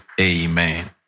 Amen